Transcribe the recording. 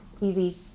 Easy